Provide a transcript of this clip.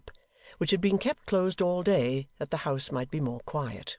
which had been kept closed all day that the house might be more quiet.